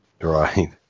Right